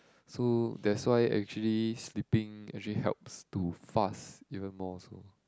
so that's why actually sleeping actually helps to fast even more also